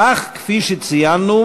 אך כפי שציינו,